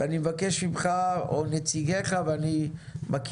ואני מבקש ממך או מנציגיך,